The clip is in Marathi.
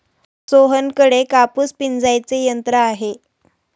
सोहनकडे कापूस पिंजायचे यंत्र आहे